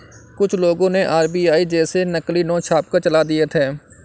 कुछ लोगों ने आर.बी.आई जैसे नकली नोट छापकर चला दिए थे